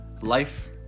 Life